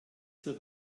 zur